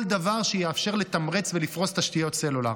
דבר שיאפשר לתמרץ ולפרוס תשתיות סלולר.